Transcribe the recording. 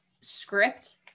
script